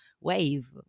wave